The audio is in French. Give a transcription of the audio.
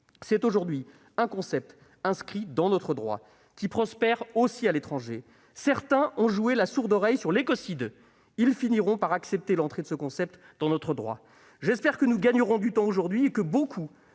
c'est aujourd'hui un concept inscrit dans notre droit qui prospère aussi à l'étranger. Certains ont fait la sourde oreille à l'écocide ; ils finiront par accepter l'entrée de ce concept dans notre droit. J'espère que nous gagnerons du temps aujourd'hui et que beaucoup